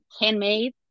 handmade